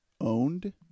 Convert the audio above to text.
owned